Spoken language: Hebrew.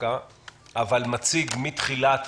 אבל מציג מתחילת